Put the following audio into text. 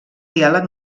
diàleg